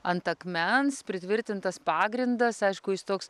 ant akmens pritvirtintas pagrindas aišku jis toks